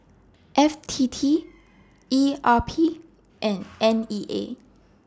F T T E R P and N E A